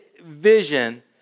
vision